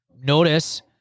Notice